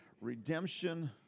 Redemption